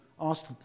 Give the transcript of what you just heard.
asked